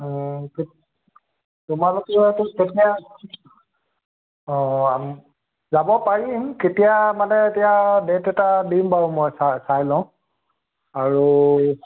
অঁ এই তোমালোকেতো তেতিয়া অঁ যাব পাৰি কেতিয়া মানে এতিয়া ডে'ট এটা দিম বাৰু মই চাই লওঁ আৰু